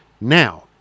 Now